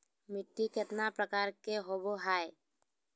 मिट्टी केतना प्रकार के होबो हाय?